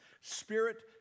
spirit